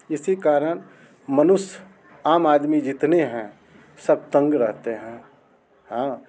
इसी कारण मनुष्य आम आदमी जितने हैं सब तंग रहते हैं हाँ